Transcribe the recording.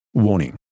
warning